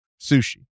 sushi